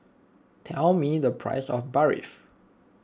tell me the price of Barfi